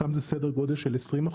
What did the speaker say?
שם זה סדר גודל של 20%,